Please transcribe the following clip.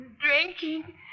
Drinking